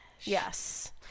Yes